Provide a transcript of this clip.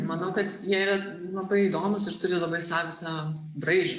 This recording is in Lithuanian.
manau kad jie labai įdomūs ir turi labai savitą braižą